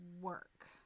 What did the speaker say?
work